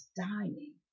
dying